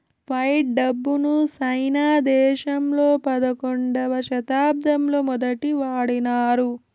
fight డబ్బును సైనా దేశంలో పదకొండవ శతాబ్దంలో మొదటి వాడినారు